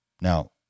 Now